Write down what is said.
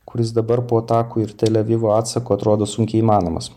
kuris dabar po atakų ir tel avivo atsako atrodo sunkiai įmanomas